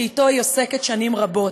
שבו היא עוסקת שנים רבות.